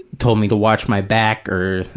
told me to watch my back or,